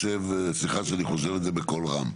וסליחה שאני חוזר על זה בכל רם,